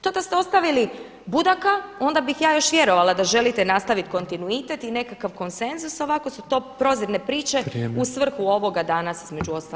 To da ste ostavili Budaka onda bih ja još vjerovala da želite nastaviti kontinuitet i i nekakav konsenzus, a ovako su to prozirne priče u svrhu ovoga danas između ostalog.